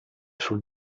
sul